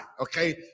okay